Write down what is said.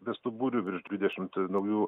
bestuburių virš dvidešimt naujų